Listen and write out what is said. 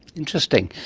interesting.